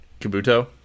Kabuto